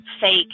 fake